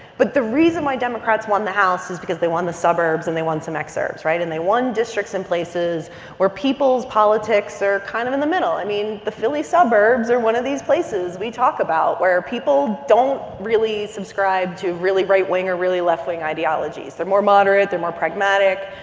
but the reason why democrats won the house is because they won the suburbs, and they won some exurbs, right? and they won districts in places where people's politics are kind of in the middle. i mean, the philly suburbs are one of these places we talk about where people don't really subscribe to really right-wing or really left-wing ideologies. they're more moderate. they're more pragmatic